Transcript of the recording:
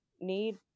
need